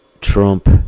Trump